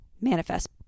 manifest